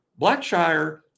Blackshire